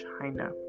China